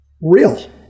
Real